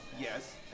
Yes